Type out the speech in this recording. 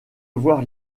voir